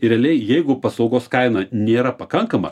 ir realiai jeigu paslaugos kaina nėra pakankama